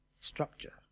structure